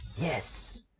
yes